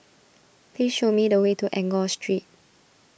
please show me the way to Enggor Street